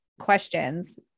questions